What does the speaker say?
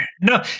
no